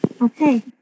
Okay